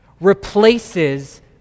replaces